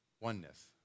oneness